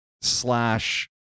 slash